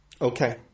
okay